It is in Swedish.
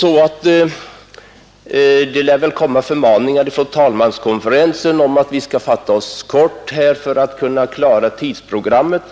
Det lär vara önskemål från talmanskonferensen om att vi skall fatta oss kort för att kunna klara tidsprogrammet,